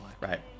right